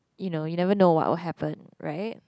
you know you never know what will happen right